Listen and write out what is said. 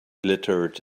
glittered